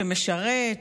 שמשרת,